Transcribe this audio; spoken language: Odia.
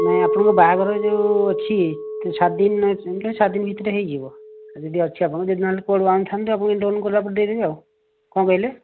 ନାଇଁ ଆପଣଙ୍କର ବାହାଘର ଯେଉଁ ଅଛି ସାତ ଦିନ ସାତ ଦିନ ଭିତରେ ହେଇଯିବ ଯଦି ଅଛି ଆପଣଙ୍କର ନହେଲେ କୁଆଡ଼ୁ ଆଣିଥାନ୍ତୁ ଆପଣ ଲୋନ କଲାପରେ ଆପଣ ଦେଇଦେବେ ଆଉ କଣ କହିଲେ